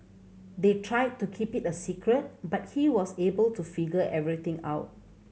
they tried to keep it a secret but he was able to figure everything out